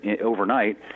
overnight